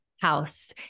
house